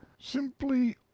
simply